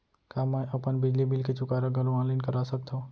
का मैं अपन बिजली बिल के चुकारा घलो ऑनलाइन करा सकथव?